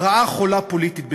רעה חולה פוליטית בפנים.